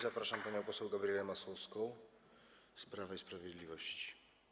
Zapraszam panią poseł Gabrielę Masłowską z Prawa i Sprawiedliwości.